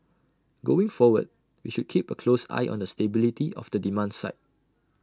going forward we should keep A close eye on the stability of the demand side